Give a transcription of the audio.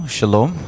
Shalom